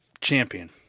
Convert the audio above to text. champion